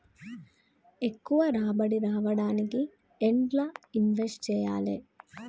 ఎక్కువ రాబడి రావడానికి ఎండ్ల ఇన్వెస్ట్ చేయాలే?